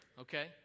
okay